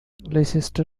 leicester